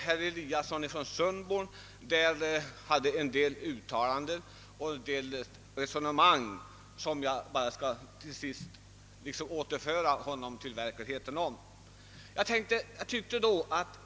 Herr Eliasson i Sundborn gjorde därvidlag en del uttalanden. Jag skulle gärna vilja vederlägga dessa och återföra honom till verkligheten.